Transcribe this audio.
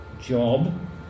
job